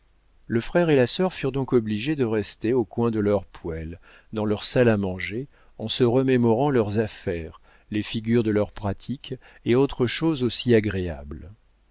le frère et la sœur furent donc obligés de rester au coin de leur poêle dans leur salle à manger en se remémorant leurs affaires les figures de leurs pratiques et autres choses aussi agréables